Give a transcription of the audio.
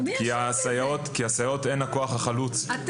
כי הסייעות הן הכוח החלוץ --- מי אשם בזה?